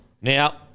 Now